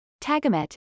Tagamet